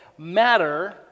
matter